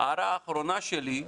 ההערה האחרונה שלי,